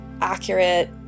accurate